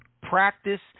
practice